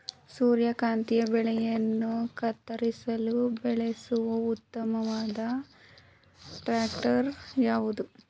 ಸೂರ್ಯಕಾಂತಿ ಬೆಳೆಗಳನ್ನು ಕತ್ತರಿಸಲು ಬಳಸುವ ಉತ್ತಮವಾದ ಟ್ರಾಕ್ಟರ್ ಯಾವುದು?